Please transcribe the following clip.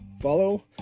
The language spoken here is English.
follow